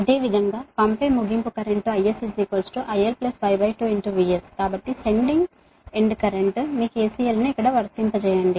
అదేవిధంగా పంపే ముగింపు current IS IL Y2 VS కాబట్టి సెండింగ్ ఎండ్ కరెంట్ మీ కెసిఎల్ ను ఇక్కడ వర్తింపజేయండి